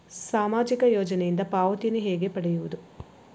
ಸಾಮಾಜಿಕ ಯೋಜನೆಯಿಂದ ಪಾವತಿಯನ್ನು ಹೇಗೆ ಪಡೆಯುವುದು?